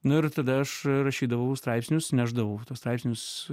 nu ir tada aš rašydavau straipsnius nešdavau tuos straipsnius